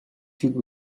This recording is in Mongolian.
шиг